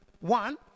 one